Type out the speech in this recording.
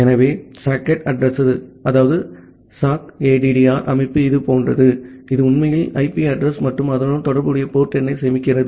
ஆகவே sockaddr அமைப்பு இதுபோன்றது இது உண்மையில் ஐபி அட்ரஸ் மற்றும் அதனுடன் தொடர்புடைய போர்ட் எண்ணை சேமிக்கிறது